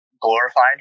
glorified